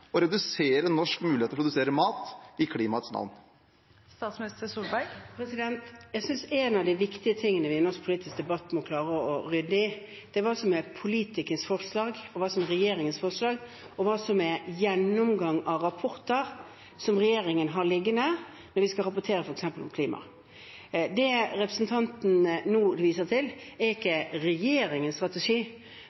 å redusere norsk mulighet til å produsere mat i klimaets navn? Jeg synes en av de viktige tingene vi i norsk politisk debatt må klare å være ryddig i, er hva som er politiske forslag, hva som er regjeringens forslag, og hva som er gjennomgang av rapporter som regjeringen har liggende, f.eks. om klima. Det representanten nå viser til, er ikke